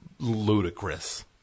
ludicrous